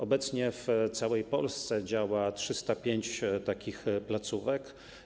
Obecnie w całej Polsce działa 305 takich placówek.